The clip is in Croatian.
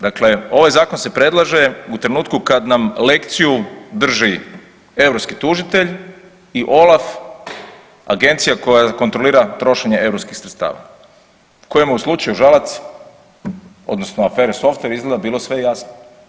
Dakle ovaj Zakon se predlaže u trenutku kad nam lekciju drži europski tužitelj i OLAF, agencija koja kontrolira trošenje EU sredstava, kojemu u slučaju Žalac, odnosno afere Softver, izgleda, bilo sve jasno.